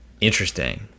Interesting